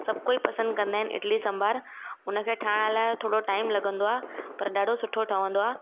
सभु कोई पसंदि कंदा आहिनि इडली सांभर हुनखे ठाहिण लाइ थोरो टाइम लॻंदो आहे पर ॾाढो सुठो ठहंदो आहे